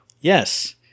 yes